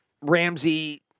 Ramsey